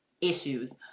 issues